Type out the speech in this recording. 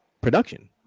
production